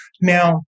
Now